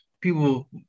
people